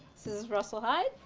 this is russell heyde,